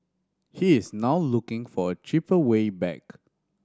he is now looking for a cheaper way back